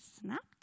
snapped